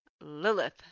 Lilith